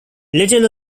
little